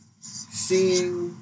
seeing